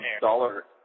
dollar